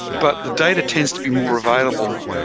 but the data tends to be more available,